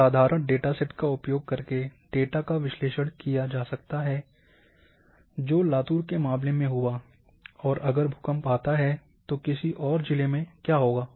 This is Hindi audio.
एक साधारण डेटासेट का उपयोग करके डेटा का विश्लेषण किया जा सकता है जो लातूर के मामले में हुआ और अगर भूकंप आता है तो किसी और जिले में क्या होगा